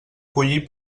collir